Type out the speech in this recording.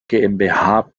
gmbh